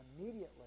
Immediately